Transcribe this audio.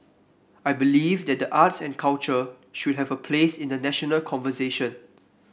I believe that the arts and culture should have a place in the national conversation